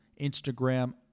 Instagram